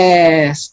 Yes